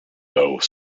though